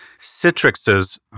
Citrix's